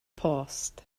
post